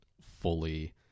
fully